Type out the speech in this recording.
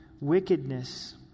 wickedness